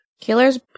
Killers